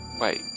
wait